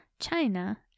China